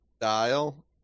dial